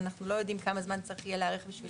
ולא יודעים כמה זמן צריך להיערך בשביל זה.